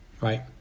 right